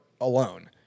alone